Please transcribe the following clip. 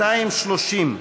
230,